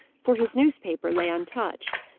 for his newspaper lay untouched.